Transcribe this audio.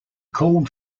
called